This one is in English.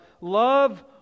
love